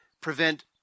prevent